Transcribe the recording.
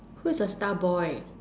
who's the star boy